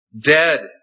Dead